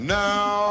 now